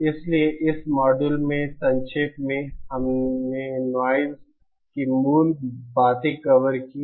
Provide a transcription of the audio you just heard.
इसलिए इस मॉड्यूल में संक्षेप में हमने नॉइज़ की मूल बातें कवर कीं